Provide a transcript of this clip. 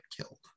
killed